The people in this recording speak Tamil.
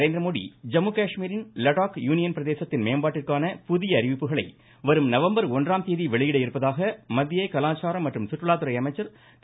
நரேந்திரமோடி ஜம்முகாஷ்மீரின் லடாக் யூனியன் பிரதேசத்தின் மேம்பாட்டிற்கான புதிய அறிவிப்புகளை வரும் நவம்பர் ஒன்றாம் தேதி வெளியிட இருப்பதாக மத்திய கலாச்சாரம் மற்றும் குற்றுலாத்துறை அமைச்சர் திரு